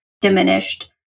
diminished